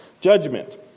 judgment